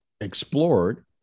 explored